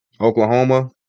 Oklahoma